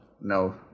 No